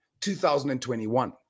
2021